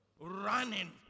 running